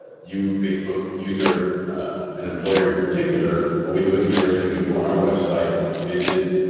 you facebook user an employer in particular, but we do encourage you to go on our website, visit